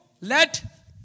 let